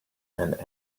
and